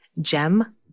Gem